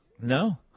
No